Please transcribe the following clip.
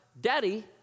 Daddy